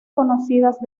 conocidas